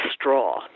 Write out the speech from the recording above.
straw